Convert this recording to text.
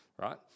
right